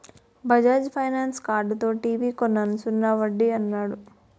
Bajaj finance కార్డుతో TV కొన్నాను సున్నా వడ్డీ యన్నాడు